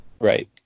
right